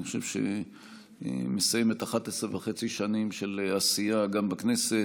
אני חושב שהיא מסיימת 11 שנים וחצי של עשייה בכנסת,